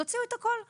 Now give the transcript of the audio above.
תוציאו את הכול החוצה,